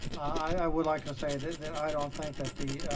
i would like to say that that i don't think that the